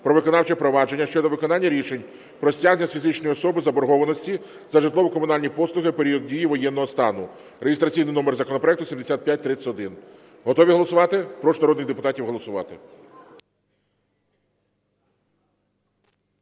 "Про виконавче провадження" щодо виконання рішень про стягнення з фізичної особи заборгованості за житлово-комунальні послуги у період дії воєнного стану (реєстраційний номер законопроекту 7531). Готові голосувати? Прошу народних депутатів голосувати.